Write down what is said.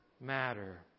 matter